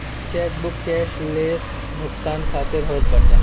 chequebook cashless भुगतान खातिर होत बाटे